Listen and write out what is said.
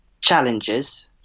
challenges